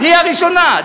קריאה ראשונה,